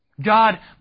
God